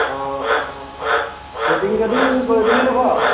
অঁ অঁ বটিং চটিং কৰিবি নে নকৰ